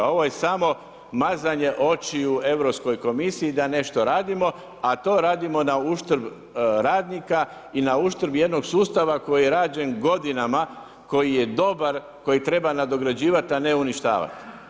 Ovo je samo mazanje očiju Europskoj komisiji da nešto radimo a to radimo nauštrb radnika i nauštrb jednog sustav koji je rađen godinama, koji je dobar, kojeg treba nadograđivati a ne uništavati.